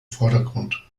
vordergrund